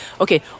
Okay